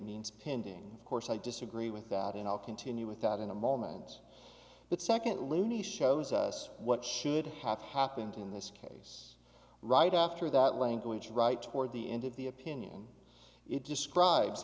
means spending of course i disagree with that and i'll continue with that in a moment but secondly shows us what should have happened in this case right after that language right toward the end of the opinion it describes